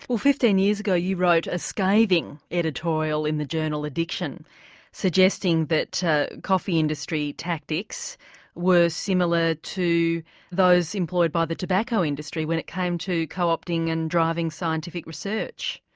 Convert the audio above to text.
well fifteen years ago you wrote a scathing editorial in the journal addiction suggesting that coffee industry tactics were similar to those employed by the tobacco industry when it came to co-opting and driving scientific research.